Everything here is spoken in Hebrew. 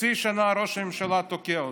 חצי שנה ראש הממשלה תוקע אותו.